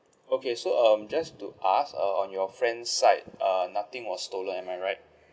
okay so um just to ask uh on your friend's side uh nothing was stolen am I right